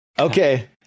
Okay